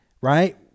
right